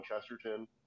Chesterton